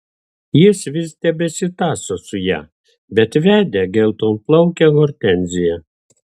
jis vis tebesitąso su ja bet vedė geltonplaukę hortenziją